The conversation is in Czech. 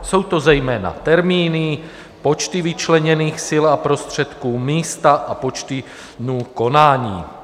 Jsou to zejména termíny, počty vyčleněných sil a prostředků, místa a počty dnů konání.